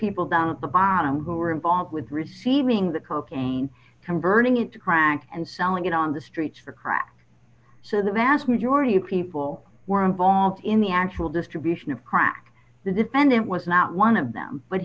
people down at the bottom who are involved with receiving the cocaine converting it to crack and selling it on the streets for crack so the vast majority of people were involved in the actual distribution of crack the defendant was not one of them but